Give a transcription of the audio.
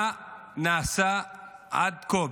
מה נעשה עד כה?